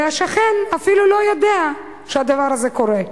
והשכן אפילו לא יודע שהדבר הזה קורה.